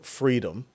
freedom